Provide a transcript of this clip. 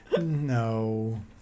No